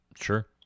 Sure